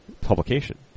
publication